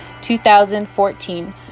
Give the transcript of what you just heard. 2014